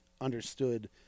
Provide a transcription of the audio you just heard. understood